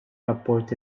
rapport